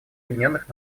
объединенных